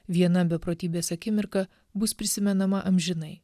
viena beprotybės akimirka bus prisimenama amžinai